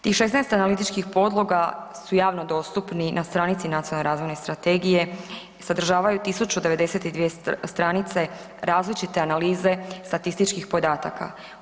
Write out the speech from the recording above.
Tih 16 analitičkih podloga su javno dostupni na stranici nacionalne razvoje strategije, sadržavaju 1092 stranice, različite analize statističkih podataka.